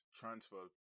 transfer